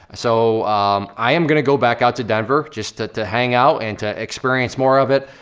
so i am gonna go back out to denver, just to to hang out, and to experience more of it.